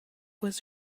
was